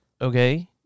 okay